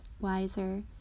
wiser